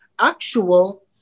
actual